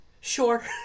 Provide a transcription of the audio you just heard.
sure